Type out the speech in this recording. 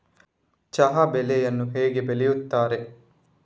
ಚಹಾ ಬೆಳೆಯನ್ನು ಹೇಗೆ ಬೆಳೆಯುತ್ತಾರೆ?